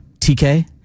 TK